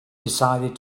decided